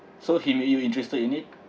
so he he were interested in it